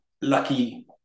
lucky